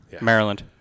Maryland